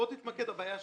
בוא תתמקד בבעיה שלך,